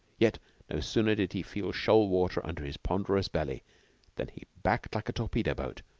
yet no sooner did he feel shoal water under his ponderous belly than he backed like a torpedo-boat,